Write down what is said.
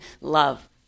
love